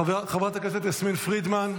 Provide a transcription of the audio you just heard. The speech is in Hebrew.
חברת הכנסת יסמין פרידמן,